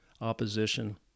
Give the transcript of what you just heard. opposition